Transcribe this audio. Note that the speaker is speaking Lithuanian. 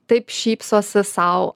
taip šypsosi sau